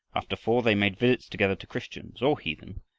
after four they made visits together to christians or heathen,